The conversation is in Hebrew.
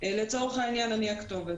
לצורך העניין, אני הכתובת.